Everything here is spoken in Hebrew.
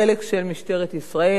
החלק של משטרת ישראל,